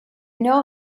know